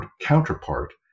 counterpart